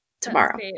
tomorrow